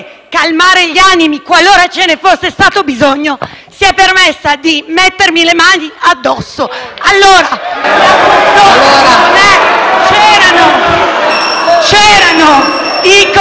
calmare gli animi, qualora ce ne fosse stato bisogno, si è permessa di mettermi le mani addosso. *(Vivaci commenti